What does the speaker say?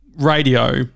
radio